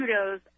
kudos